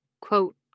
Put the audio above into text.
quote